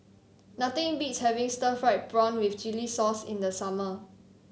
nothing beats having Stir Fried Prawn with Chili Sauce in the summer